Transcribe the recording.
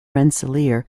rensselaer